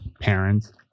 parents